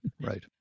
right